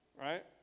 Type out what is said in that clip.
Right